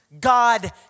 God